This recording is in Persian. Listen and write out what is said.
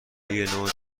دهلینو